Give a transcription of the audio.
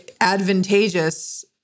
advantageous